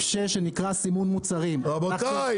6 שנקרא "סימון מוצרים" --- רבותיי,